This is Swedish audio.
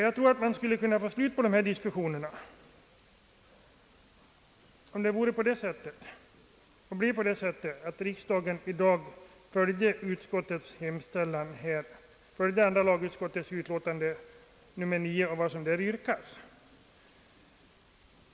Jag tror att man skulle få slut på dessa diskussioner om riksdagen nu följer andra lagutskottets utlåtande nr 9 och vad som där yrkas.